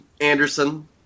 Anderson